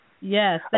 Yes